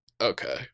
Okay